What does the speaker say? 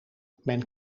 men